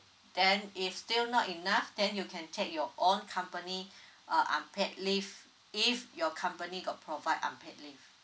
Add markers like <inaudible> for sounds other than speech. then if still not enough then you can take your own company <breath> uh unpaid leave if your company got provide unpaid leave